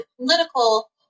political